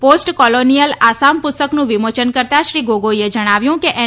post colonial Assam પુસ્તકનું વિમોચન કરતાં શ્રી ગોગોઇએ જણાવ્યું કે એન